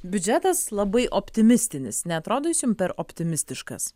biudžetas labai optimistinis neatrodo jis jum per optimistiškas